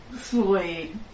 Sweet